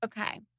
Okay